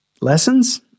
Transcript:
Lessons